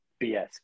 BS